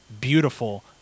beautiful